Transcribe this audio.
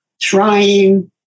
trying